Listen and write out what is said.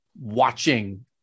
Watching